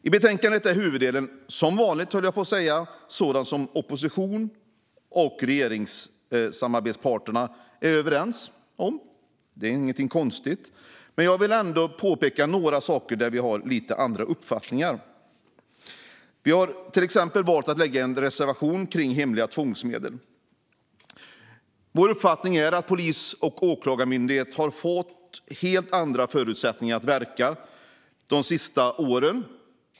I betänkandet är huvuddelen - som vanligt, höll jag på att säga - sådant som opposition och regeringssamarbetsparter är överens om. Det är ingenting konstigt, men jag vill ändå påpeka några saker som vi har lite olika uppfattningar om. Vi socialdemokrater har till exempel valt att lämna en reservation kring hemliga tvångsmedel. Socialdemokraternas uppfattning är att polis och åklagarmyndighet har fått helt andra förutsättningar att verka de senaste åren.